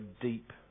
deep